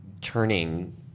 turning